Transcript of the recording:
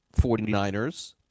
49ers